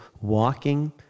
walking